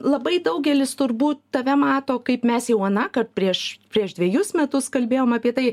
labai daugelis turbūt tave mato kaip mes jau anąkart prieš prieš dvejus metus kalbėjom apie tai